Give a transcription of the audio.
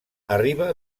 arriba